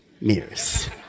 mirrors